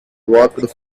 worked